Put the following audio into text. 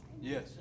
Yes